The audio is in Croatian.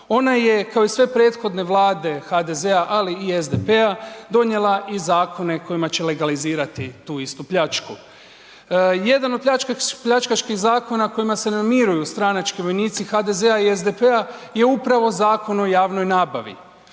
ona je kao i sve prethodne Vlade HDZ-a, ali i SDP-a donijela i zakone kojima će legalizirati tu istu pljačku. Jedan od pljačkaških zakona kojima se namiruju stranački vojnici HDZ-a i SDP-a je upravo Zakon o javnoj nabavi.